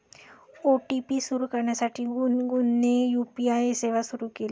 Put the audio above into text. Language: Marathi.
ओ.टी.पी सुरू करण्यासाठी गुनगुनने यू.पी.आय सेवा सुरू केली